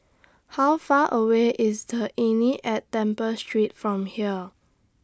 How Far away IS The Inn At Temple Street from here